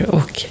och